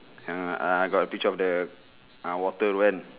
yang uh got the picture of the uh water tu kan